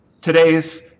today's